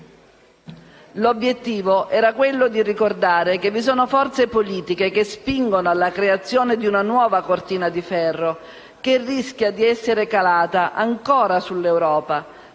L'obiettivo era ricordare che vi sono forze politiche che spingono alla creazione di una nuova cortina di ferro che rischia di essere calata ancora sull'Europa,